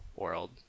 world